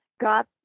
got